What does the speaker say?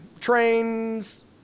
Trains